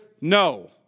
no